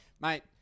Mate